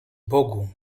bogu